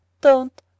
Don't